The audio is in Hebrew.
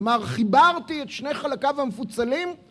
כלומר חיברתי את שני חלקיו המפוצלים